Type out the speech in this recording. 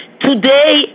Today